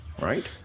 right